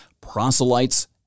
proselytes